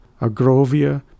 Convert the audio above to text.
Agrovia